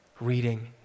reading